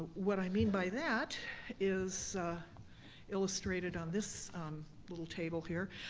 ah what i mean by that is illustrated on this little table here.